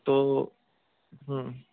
તો હ